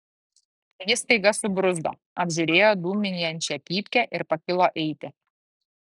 jis staiga subruzdo apžiūrėjo dūmijančią pypkę ir pakilo eiti